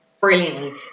brilliantly